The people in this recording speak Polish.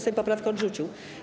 Sejm poprawkę odrzucił.